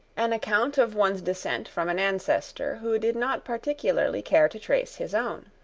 an account of one's descent from an ancestor who did not particularly care to trace his own.